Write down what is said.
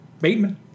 Bateman